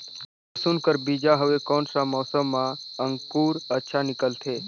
लसुन कर बीजा हवे कोन सा मौसम मां अंकुर अच्छा निकलथे?